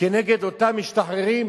כנגד אותם משתחררים,